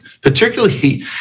particularly